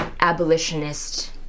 abolitionist